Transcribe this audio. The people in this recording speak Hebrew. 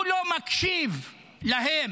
הוא לא מקשיב להן.